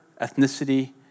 ethnicity